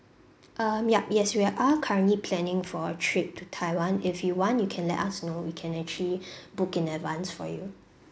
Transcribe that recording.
um yup yes we are are currently planning for a trip to taiwan if you want you can let us know we can actually book in advance for you